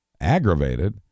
Aggravated